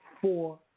four